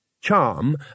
Charm